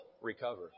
recover